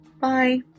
Bye